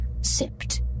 sipped